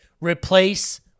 replace